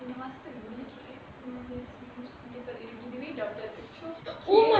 ஒரு மாசத்துல:oru maasathula right எனக்கு இதுவே:enaku idhuvae doubt இருக்குது:irukuthu